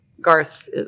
Garth